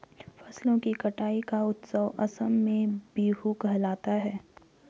फसलों की कटाई का उत्सव असम में बीहू कहलाता है